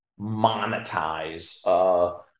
monetize